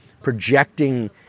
projecting